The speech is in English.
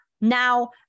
Now